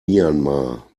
myanmar